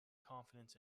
confidence